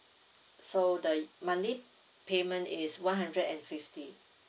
so the monthly payment is one hundred and fifty